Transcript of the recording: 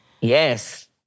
Yes